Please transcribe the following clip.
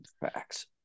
Facts